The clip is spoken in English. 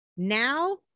Now